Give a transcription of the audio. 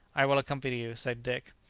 i will accompany you, said dick.